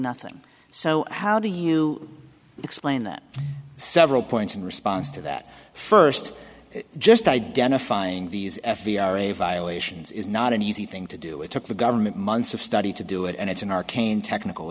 nothing so how do you explain that several points in response to that first just identifying these f b i or a violations is not an easy thing to do it took the government months of study to do it and it's an arcane technical